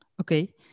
Okay